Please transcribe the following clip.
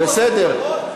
בסדר.